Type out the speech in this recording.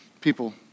people